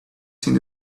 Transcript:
seen